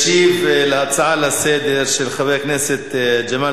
ישיב על ההצעה לסדר-היום של חבר הכנסת ג'מאל